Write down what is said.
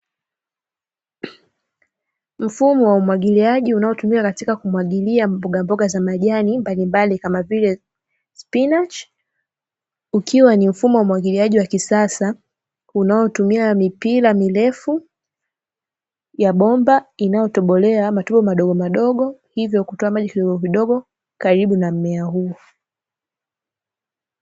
Mfumo wa umwagiliaji unaotumika katika kumwagilia mboga mboga za majani mbalimbali, kama vile spinachi, ukiwa ni mfumo wa umwagiliaji wa kisasa unaotumia mipira mirefu ya bomba inayotobolewa matobo madogomadogo, hivyo kutoa maji kidogokidogo karibu na mmea huu.